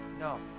No